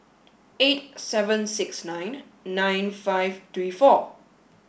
eight seven sixty nine nine five three four